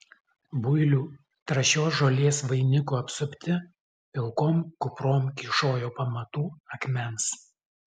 builių trąšios žolės vainiku apsupti pilkom kuprom kyšojo pamatų akmens